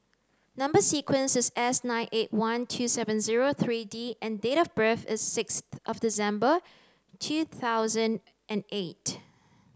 number sequence is Snine eight one two seven zero three D and date of birth is six of December two thousand and eight